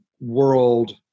world